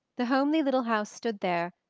the homely little house stood there,